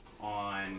on